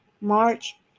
March